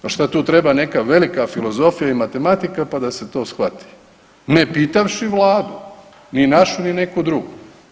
Pa šta tu treba neka velika filozofija i matematika, pa da se to shvati ne pitavši Vladu, ni našu, ni neku drugu.